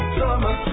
summer